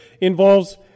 involves